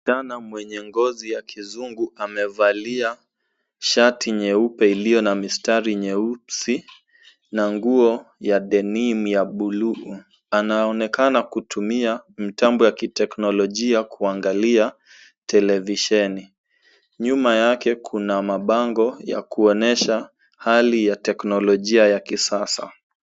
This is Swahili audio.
Kijana mwenye ngozi ya kizungu amevalia shati nyeupe iliyo na mistari nyeusi na nguo ya denim ya buluu. Anaonekana kutumia mtambo wa kiteknolojia kuangalia televisheni. Nyuma yake kuna mabango ya kuonyesha hali ya teknolojia ya kisasa.